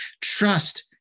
Trust